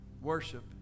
Worship